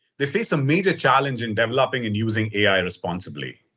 they face a major challenge in developing and using ai and responsibly.